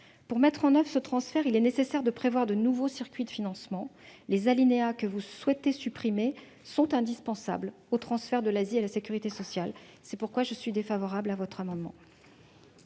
Pour mettre en oeuvre ce transfert, il est nécessaire de prévoir de nouveaux circuits de financement. Les alinéas que vous souhaitez supprimer sont indispensables au transfert de l'ASI à la sécurité sociale. J'émets donc un avis défavorable sur votre amendement